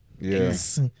Yes